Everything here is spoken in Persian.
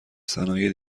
صنایع